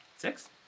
Six